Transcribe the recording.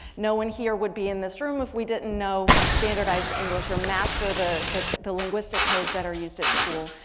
no one here would be in this room if we didn't know standardized english or master the the linguistic codes that are used at school.